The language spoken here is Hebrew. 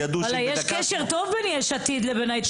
וואלה, יש קשר טוב בין יש עתיד לבין ההתאחדות.